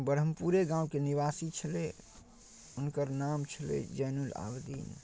ब्रह्मपुरे गामके निवासी छलै हुनकर नाम छलै जेनउल आबदीन